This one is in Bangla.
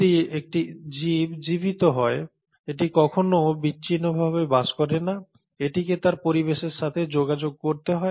যদি একটি জীব জীবিত হয় এটি কখনও বিচ্ছিন্নভাবে বাস করে না এটিকে তার পরিবেশের সাথে যোগাযোগ করতে হয়